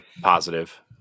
positive